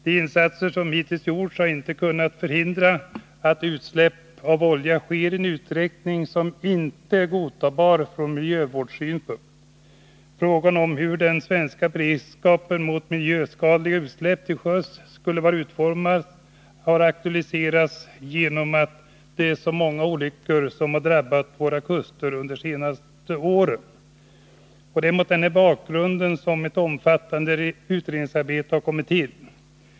De insatser som hittills gjorts har inte kunnat förhindra att utsläpp av olja skerien utsträckning som inte är godtagbar från miljövårdssynpunkt. Frågan om hur den svenska beredskapen mot miljöskadliga utsläpp till sjöss skulle vara utformad har aktualiserats genom de många olyckor som har drabbat våra kuster under de senaste åren. Det är mot denna bakgrund som ett omfattande utredningsarbete har kommit till.